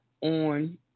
on